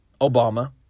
Obama